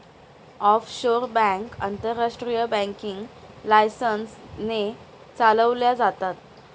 offshore bank आंतरराष्ट्रीय banking licence ने चालवल्या जातात